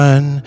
One